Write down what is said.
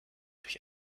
durch